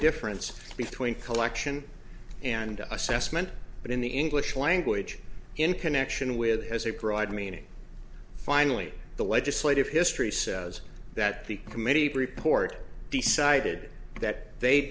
difference between collection and assessment but in the english language in connection with it has a broad meaning finally the legislative history says that the committee report decided that they